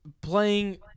playing